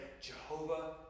Jehovah